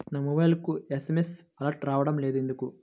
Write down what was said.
నా మొబైల్కు SMS alerts రావడం లేదు ఎందుకు?